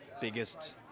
biggest